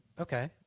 Okay